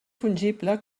fungible